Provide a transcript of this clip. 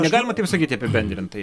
negalima taip sakyti apibendrintai